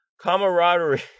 camaraderie